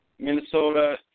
Minnesota